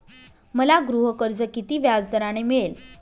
मला गृहकर्ज किती व्याजदराने मिळेल?